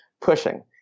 pushing